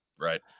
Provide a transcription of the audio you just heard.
Right